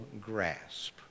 grasp